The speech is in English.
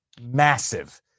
Massive